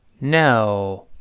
No